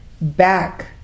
back